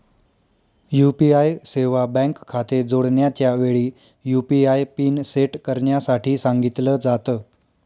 UPI सेवा bank खाते जोडण्याच्या वेळी, यु.पी.आय पिन सेट करण्यासाठी सांगितल जात